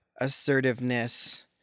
assertiveness